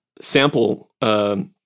sample